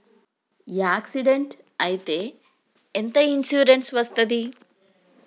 Accident అయితే ఎంత insurance వస్తది?